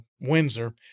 Windsor